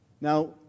Now